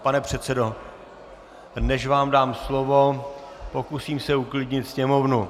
Pane předsedo, než vám dám slovo, pokusím se uklidnit Sněmovnu.